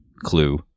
clue